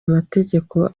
amategeko